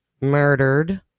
murdered